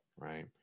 right